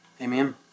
Amen